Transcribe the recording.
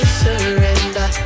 surrender